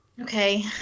Okay